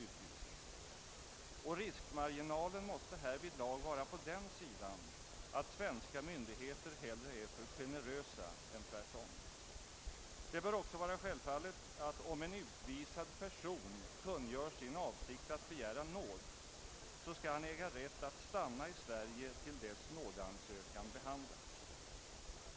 Och marginalen måste härvidlag vara sådan att svenska myndigheter hellre är för generösa än tvärtom. Det bör också vara självfallet att en utvisad person, om han kungör sin avsikt att begära nåd, skall äga rätt att stanna i Sverige till dess att nådeansökan behandlats.